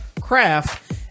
craft